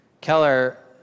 keller